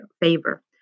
favor